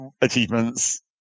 achievements